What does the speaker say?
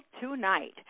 tonight